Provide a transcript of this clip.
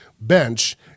bench